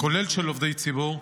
כולל של עובדי ציבור,